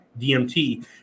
DMT